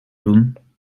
doen